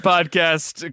Podcast